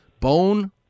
Bone